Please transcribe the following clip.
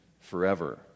forever